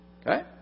Okay